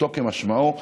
פשוטו כמשמעו.